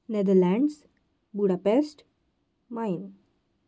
Netherlands Budapest main